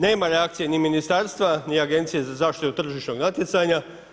Nema reakcije ni Ministarstva ni Agencije za zaštitu tržišnog natjecanja.